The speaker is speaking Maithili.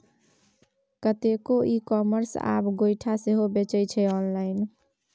कतेको इ कामर्स आब गोयठा सेहो बेचै छै आँनलाइन